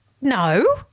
No